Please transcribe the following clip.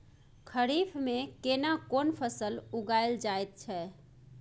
खरीफ में केना कोन फसल उगायल जायत छै?